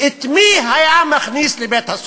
את מי היה מכניס לבית-הסוהר: